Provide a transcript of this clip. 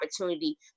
opportunity